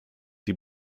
die